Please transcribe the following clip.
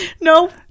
No